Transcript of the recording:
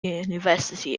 university